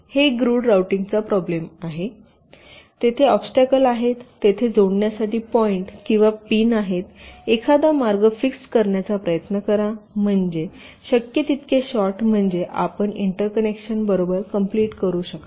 ही grid routing ची problem आहे तेथे ऑब्स्टॅकल आहेत तेथे जोडण्यासाठी पॉईंट किंवा पिन आहेत एखादा मार्ग फिक्स्ड करण्याचा प्रयत्न करा म्हणजे शक्य तितके शॉर्ट म्हणजे आपण इंटरकनेक्शन बरोबर कंप्लिट करू शकाल